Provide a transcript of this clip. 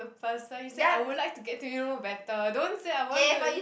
the person you said I would like to get to you know better don't said I want marry